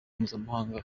mpuzamahanga